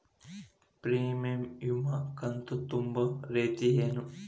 Premium ವಿಮಾ ಕಂತು ತುಂಬೋ ರೇತಿ ಏನು?